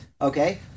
okay